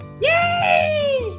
Yay